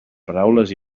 paraules